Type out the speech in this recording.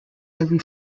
every